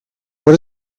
what